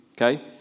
Okay